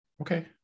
okay